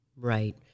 Right